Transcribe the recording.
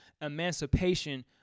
Emancipation